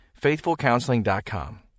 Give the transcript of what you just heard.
FaithfulCounseling.com